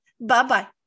Bye-bye